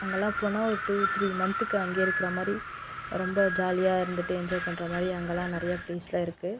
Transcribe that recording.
அங்கேலா போனால் ஒரு two three மன்த்துக்கு அங்கேயே இருக்கிற மாதிரி ரொம்ப ஜாலியாக இருந்துட்டு என்ஜாய் பண்ணுற மாதிரி அங்கேலா நிறைய ப்லேஸ்லாம் இருக்குது